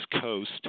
Coast